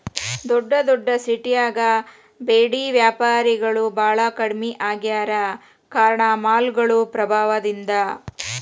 ದೊಡ್ಡದೊಡ್ಡ ಸಿಟ್ಯಾಗ ಬೇಡಿ ವ್ಯಾಪಾರಿಗಳು ಬಾಳ ಕಡ್ಮಿ ಆಗ್ಯಾರ ಕಾರಣ ಮಾಲ್ಗಳು ಪ್ರಭಾವದಿಂದ